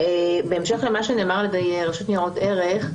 בהמשך למה שנאמר על ידי רשות ניירות ערך,